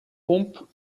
pomp